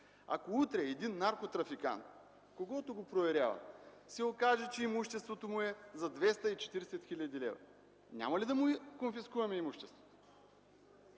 Ако утре един наркотрафикант, когото го проверяват, се окаже, че има имущество за 240 хил. лв., няма ли да му конфискуваме имуществото?